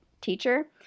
teacher